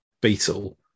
beetle